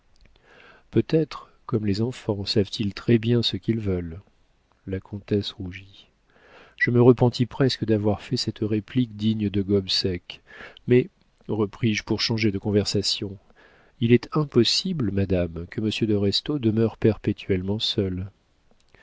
peut-être comme les enfants savent-ils très-bien ce qu'ils veulent la comtesse rougit je me repentis presque d'avoir fait cette réplique digne de gobseck mais repris-je pour changer de conversation il est impossible madame que monsieur de restaud demeure perpétuellement seul